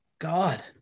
God